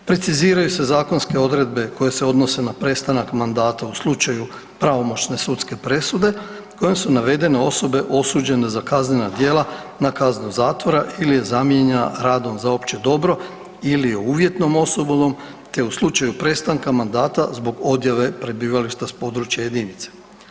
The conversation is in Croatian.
Preciziraju se zakonske odredbe koje se odnose na prestanak mandata u slučaju pravomoćne sudske presude kojom su navedene osobe osuđene za kaznena djela na kaznu zatvora ili je zamijenjena radom za opće dobro ili je uvjetnom osudom, te u slučaju prestanka mandata zbog odjave prebivališta s područja jedinice.